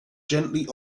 gently